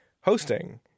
hosting